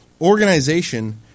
organization